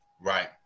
Right